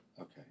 Okay